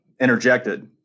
interjected